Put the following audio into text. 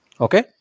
Okay